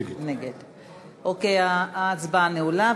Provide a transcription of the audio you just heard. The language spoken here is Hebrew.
נגד ההצבעה נעולה.